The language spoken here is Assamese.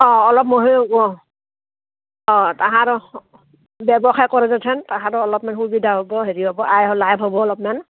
অঁ অলপ মহে' অঁ অঁ তাহাঁত ব্যৱসায় কৰে যথেন তাহাঁত অলপমান সুবিধা হ'ব হেৰি হ'ব আই লাভ হ'ব অলপমান